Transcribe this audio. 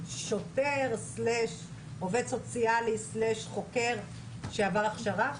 שוטר/עובד סוציאלי/חוקר שעבר הכשרה?